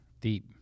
Deep